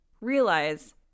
realize